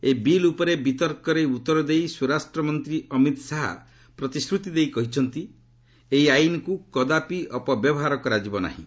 ଏହି ବିଲ୍ ଉପରେ ବିତର୍କରେ ଉତ୍ତର ଦେଇ ସ୍ୱରାଷ୍ଟ୍ର ମନ୍ତ୍ରୀ ଅମିତ ଶାହା ପ୍ରତିଶ୍ରତି ଦେଇ କହିଛନ୍ତି ଏହି ଆଇନ୍କୁ କଦାପି ଅପବ୍ୟବହାର କରାଯିବ ନାହିଁ